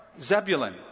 Zebulun